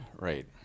Right